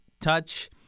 touch